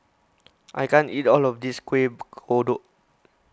I can't eat all of this Kueh Kodok